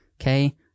okay